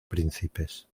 príncipes